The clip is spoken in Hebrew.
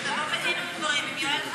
שתבוא בדין ודברים עם יואל חסון.